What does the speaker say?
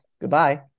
Goodbye